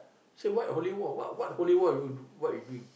say what holy wall what what holy wall you what you doing